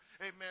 Amen